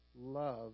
love